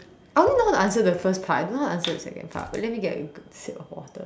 I only know how to answer the first part I don't know how to answer the second part but let me get a good sip of water